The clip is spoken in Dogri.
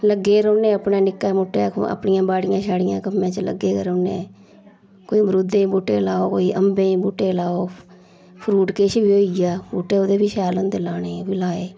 लग्गे रौह्ने अपनै निक्के मुट्टे अपनियै बाड़ियै छाड़ियें दे कम्मे च लग्गे दे गै रौह्ने कोई मरुदे बूह्टे लैओ कोई अम्बे बूह्टे लैओ फरूट किश बी होई गेआ बूहटे ओह्दे बी शैल होंदे लाने ओह् बी लाए